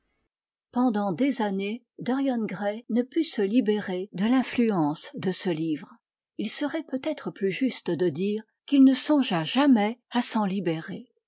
endant des années dorian gray ne put se libérer de l'influence de ce livre il serait peut-être plus juste de dire qu'il ne songea jamais à s'en libérer